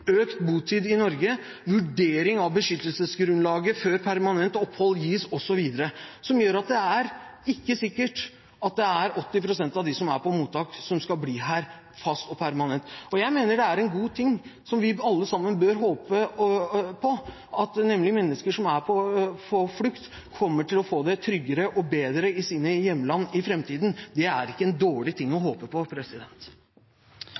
økt botid i Norge, vurdering av beskyttelsesgrunnlaget før permanent opphold gis osv. Det gjør at det ikke er sikkert at det er 80 pst. av dem som er på mottakene, som skal bli her fast og permanent. Jeg mener det er en god ting, som vi alle sammen bør håpe på, at mennesker som er på flukt, kommer til å få det tryggere og bedre i sine hjemland i framtiden. Det er ikke en dårlig ting å håpe på.